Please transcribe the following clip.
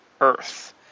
earth